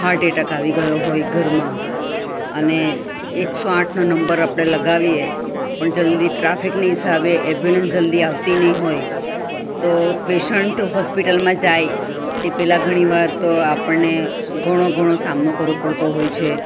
heart attack આવી ગયો હોય ઘરમાં અને એકસો આઠનો નંબર આપણે લગાવીએ પણ જલ્દી ટ્રાફિકની હિસાબે એંબ્યુલન્સ જલ્દી આવતી નહિ હોય તો પેશન્ટ હોસ્પિટલમાં જાય તે પહેલાં ઘણી વાર તો આપણને ઘણો ઘણો સામનો કરવો પડતો હોય છે